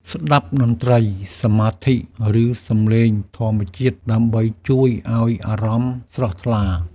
ស្ដាប់តន្ត្រីសមាធិ ឬសំឡេងធម្មជាតិ ដើម្បីជួយឱ្យអារម្មណ៍ស្រស់ថ្លា។